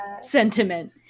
sentiment